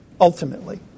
ultimately